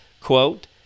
quote